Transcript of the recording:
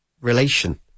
relation